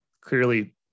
Clearly